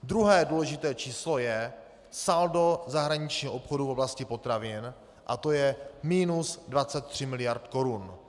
Druhé důležité číslo je saldo zahraničního obchodu v oblasti potravin, a to je minus 23 miliard korun.